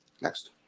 Next